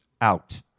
out